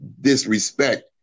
disrespect